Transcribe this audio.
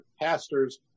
pastors